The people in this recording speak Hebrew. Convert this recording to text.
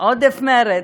עודף מרץ?